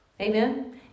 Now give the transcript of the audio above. Amen